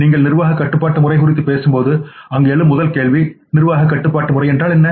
நீங்கள் நிர்வாக கட்டுப்பாட்டு முறை குறித்து பேசும்போது அங்கு எழும் முதல் கேள்வி 'நிர்வாக கட்டுப்பாட்டு முறை என்றால் என்ன